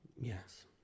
Yes